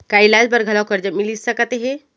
का इलाज बर घलव करजा मिलिस सकत हे?